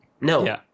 No